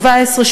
17,